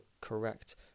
correct